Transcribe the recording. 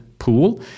pool